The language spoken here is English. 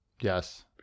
Yes